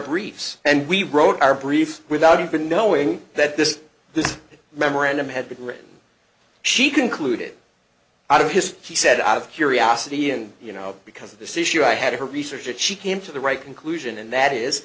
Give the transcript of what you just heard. briefs and we wrote our brief without even knowing that this this memorandum had been written she concluded out of his she said out of curiosity and you know because of this issue i had her research and she came to the right conclusion and that is